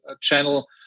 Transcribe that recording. channel